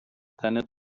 تنت